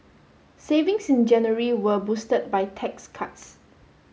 savings in January were boosted by tax cuts